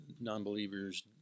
non-believers